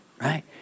Right